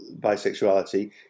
bisexuality